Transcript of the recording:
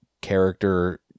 character